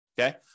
okay